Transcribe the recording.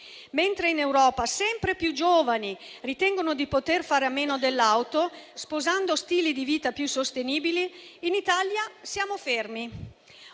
Mentre in Europa sempre più giovani ritengono di poter fare a meno dell'auto, sposando stili di vita più sostenibili, in Italia siamo fermi.